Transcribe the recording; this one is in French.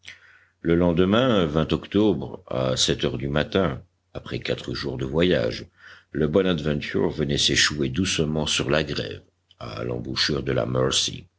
le lendemain octobre à sept heures du matin après quatre jours de voyage le bonadventure venait s'échouer doucement sur la grève à l'embouchure de la